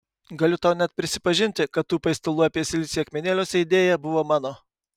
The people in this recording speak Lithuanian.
galiu tau net prisipažinti kad tų paistalų apie silicį akmenėliuose idėja buvo mano